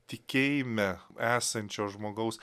tikėjime esančio žmogaus